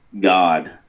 god